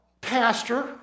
pastor